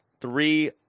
three